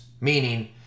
Meaning